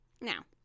Now